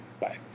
bye